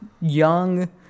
young